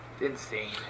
insane